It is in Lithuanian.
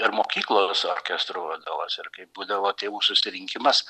ir mokyklos orkestro vadovas ir kai būdavo tėvų susirinkimas